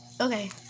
Okay